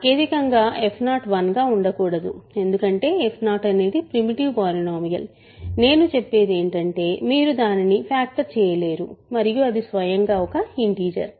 సాంకేతికంగా f0 1 గా ఉండకూడదు ఎందుకంటే f0 అనేది ప్రీమిటివ్ పాలినోమియల్ నేను చెప్పేది ఏమిటంటే మీరు దానిని ఫ్యాక్టర్ చేయలేరు మరియు అది స్వయంగా ఒక ఇంటిజర్